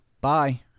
Bye